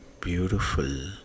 beautiful